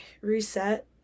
reset